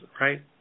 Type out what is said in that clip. right